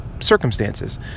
circumstances